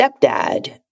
stepdad